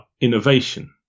innovation